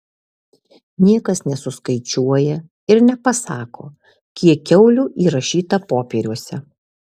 niekas nesuskaičiuoja ir nepasako kiek kiaulių įrašyta popieriuose